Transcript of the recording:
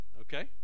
okay